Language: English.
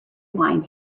wine